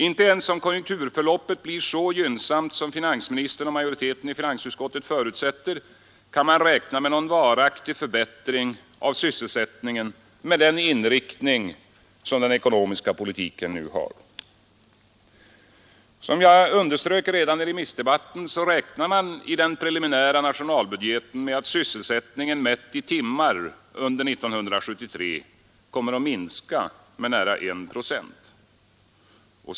Inte ens om konjunkturförloppet blir så gynnsamt som finansministern och majoriteten i finansutskottet förutsätter kan man räkna med någon varaktig förbättring av sysselsättningen med den inriktning som den ekonomiska politiken nu har. Som jag underströk redan i remissdebatten räknar man i den preliminära nationalbudgeten med att sysselsättningen mätt i timmar under 1973 kommer att minska med nära 1 procent.